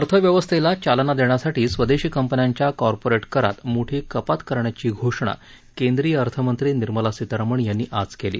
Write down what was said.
अर्थव्यवस्थेला चालना देण्यासाठी स्वदेशी कंपन्यांच्या कॉर्पोरेट करात मोठी कपात करण्याची घोषणा केंद्रीय अर्थमंत्री निर्मला सीतारामन यांनी आज केली